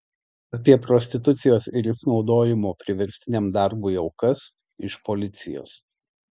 apie prostitucijos ir išnaudojimo priverstiniam darbui aukas iš policijos